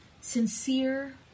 sincere